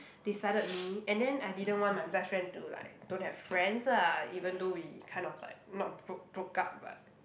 they sided me and then I didn't want my best friend to like don't have friends lah even though we kind of like not broke broke up but